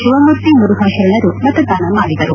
ಶಿವಮೂರ್ತಿ ಮುರುಘಾ ಶರಣರು ಮತದಾನ ಮಾಡಿದರು